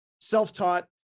self-taught